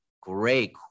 Great